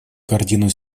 картину